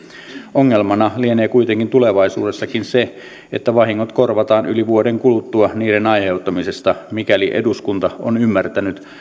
ongelmana lienee kuitenkin tulevaisuudessakin se että vahingot korvataan yli vuoden kuluttua niiden aiheutumisesta mikäli eduskunta on ymmärtänyt